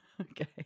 Okay